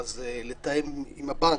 לתאם עם הבנק.